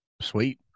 Sweet